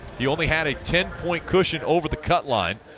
he only had a ten point cushion over the cut line.